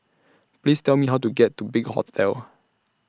Please Tell Me How to get to Big Hotel